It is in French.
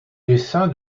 dessein